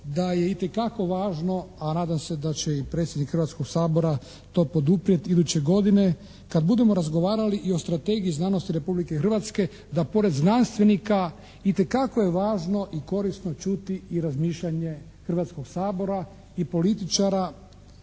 da je itekako važno, a nadam se da će i predsjednik Hrvatskog sabora to poduprijeti iduće godine, kad budemo razgovarali i o Strategiji znanosti Republike Hrvatske da pored znanstvenika itekako je važno i korisno čuti i razmišljanje Hrvatskog sabora i političara,